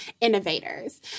innovators